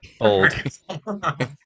Old